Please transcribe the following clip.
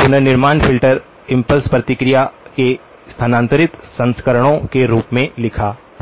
पुनर्निर्माण filter impulse प्रतिक्रिया के स्थानांतरित संस्करणों के रूप में लिखा है